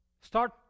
Start